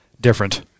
different